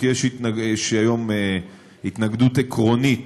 כי יש היום התנגדות עקרונית